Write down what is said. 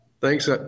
Thanks